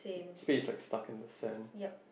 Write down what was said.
the spade is like stucked in the sand